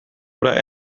oder